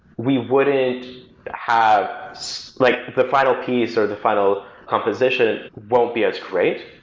we wouldn't have so like the final piece or the final composition won't be as great.